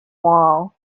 wall